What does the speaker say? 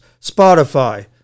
Spotify